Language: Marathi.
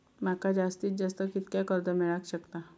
माका जास्तीत जास्त कितक्या कर्ज मेलाक शकता?